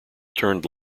turned